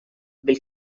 bil